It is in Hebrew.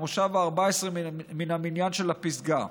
במושב ה-14 מן המניין של הפסגה,